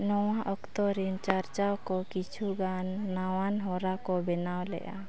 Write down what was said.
ᱱᱚᱣᱟ ᱚᱠᱛᱚ ᱨᱤᱱ ᱪᱟᱨᱪᱟᱣ ᱠᱚ ᱠᱤᱪᱷᱩ ᱜᱟᱱ ᱱᱟᱣᱟᱱ ᱦᱚᱨᱟ ᱠᱚ ᱵᱮᱱᱟᱣ ᱞᱮᱜᱼᱟ